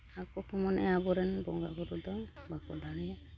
ᱟᱠᱚ ᱠᱚ ᱢᱚᱱᱮᱜᱟ ᱟᱵᱚᱨᱮᱱ ᱵᱚᱸᱜᱟ ᱵᱩᱨᱩ ᱫᱚ ᱵᱟᱠᱚ ᱫᱟᱲᱮᱭᱟᱜᱼᱟ